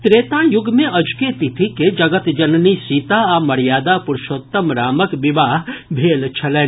त्रेता युग मे अजुके तिथि के जगत जननी सीता आ मर्यादा पुरूषोत्तम रामक विवाह भेल छलनि